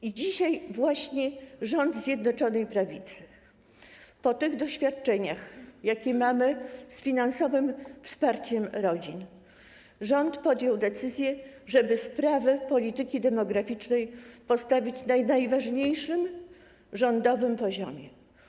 I dzisiaj właśnie rząd Zjednoczonej Prawicy, po tych doświadczeniach, jakie mamy z finansowym wsparciem rodzin, podjął decyzję, żeby sprawy polityki demograficznej umieścić na najważniejszym, rządowym poziomie.